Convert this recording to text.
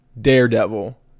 Daredevil